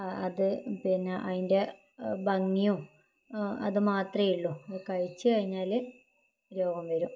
അത് പിന്നെ അതിൻ്റെ ഭംഗിയും അതു മാത്രമേയുള്ളൂ അത് കഴിച്ചു കഴിഞ്ഞാൽ രോഗം വരും